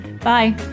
Bye